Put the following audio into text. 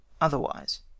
Otherwise